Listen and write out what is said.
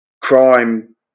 crime